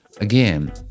Again